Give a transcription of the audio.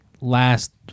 last